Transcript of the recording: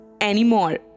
anymore